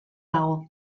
dago